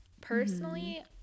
Personally